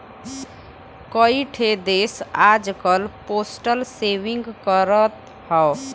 कई ठे देस आजकल पोस्टल सेविंग करत हौ